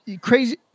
Crazy